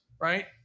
right